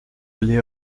les